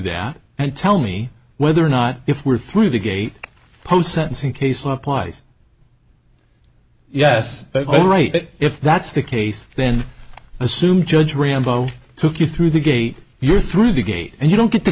that and tell me whether or not if we're through the gate post sentencing case law applies yes but all right but if that's the case then i assume judge rambo took you through the gate you're through the gate and you don't get to